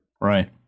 Right